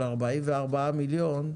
של 44 מיליון,